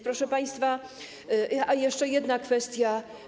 Proszę państwa, jeszcze jedna kwestia.